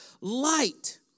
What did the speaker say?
light